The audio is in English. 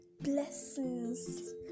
blessings